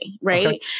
Right